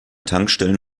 tankstellen